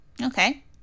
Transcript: Okay